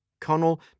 Connell